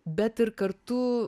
bet ir kartu